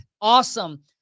awesome